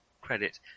credit